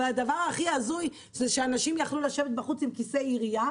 אבל הדבר הכי הזוי זה שאנשים יכלו לשבת בחוץ עם כיסא עירייה,